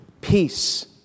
Peace